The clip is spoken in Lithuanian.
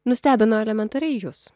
nustebino elementariai jus